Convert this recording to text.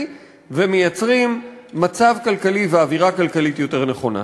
ומייצרים מצב כלכלי ואווירה כלכלית יותר נכונה.